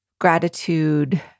gratitude